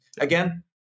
Again